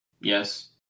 Yes